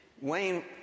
Wayne